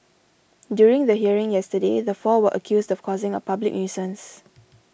during the hearing yesterday the four were accused of causing a public nuisance